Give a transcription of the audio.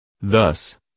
thus